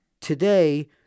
today